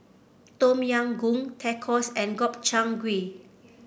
Tom Yam Goong Tacos and Gobchang Gui